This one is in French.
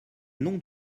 non